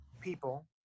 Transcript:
people